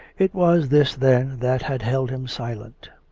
it was this, then, that had held him silent.